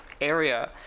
area